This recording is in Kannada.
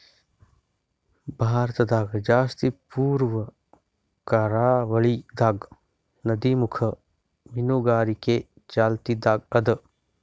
ಭಾರತದಾಗ್ ಜಾಸ್ತಿ ಪೂರ್ವ ಕರಾವಳಿದಾಗ್ ನದಿಮುಖ ಮೀನುಗಾರಿಕೆ ಚಾಲ್ತಿದಾಗ್ ಅದಾ